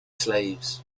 slaves